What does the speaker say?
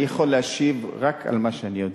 אני יכול להשיב רק על מה שאני יודע.